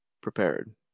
prepared